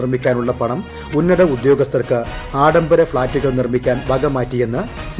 നിർമ്മിക്കാനുള്ള പണം ഉന്നത ഉദ്യോഗസ്ഥർക്ക് ആഡംബര ഫ്ളാറ്റുകൾ നിർമ്മിക്കാൻ വക മാറ്റിയെന്ന് സി